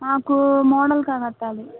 మాకు మోడల్గా కట్టాలి